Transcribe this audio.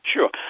Sure